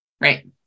Right